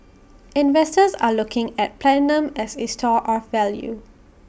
investors are looking at platinum as A store of value